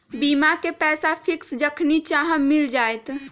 बीमा के पैसा फिक्स जखनि चाहम मिल जाएत?